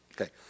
Okay